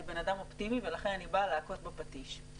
בן אדם אופטימי ולכן אני באה להכות בפטיש.